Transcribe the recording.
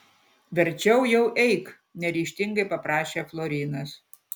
verčiau jau eik neryžtingai paprašė florinas